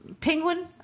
Penguin